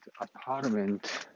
apartment